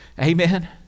Amen